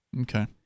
Okay